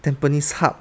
tampines hub